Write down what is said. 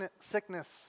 sickness